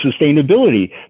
sustainability